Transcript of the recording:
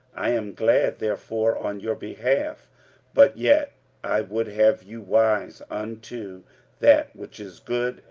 i am glad therefore on your behalf but yet i would have you wise unto that which is good,